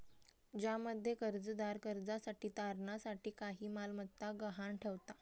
ज्यामध्ये कर्जदार कर्जासाठी तारणा साठी काही मालमत्ता गहाण ठेवता